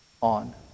on